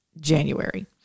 January